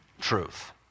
truth